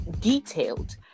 detailed